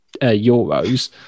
Euros